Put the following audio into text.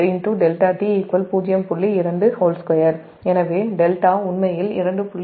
2 𝟐 எனவே δ உண்மையில் 2